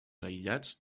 aïllats